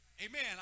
Amen